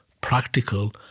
practical